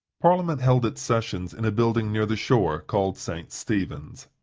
parliament held its sessions in a building near the shore, called st. stephen's.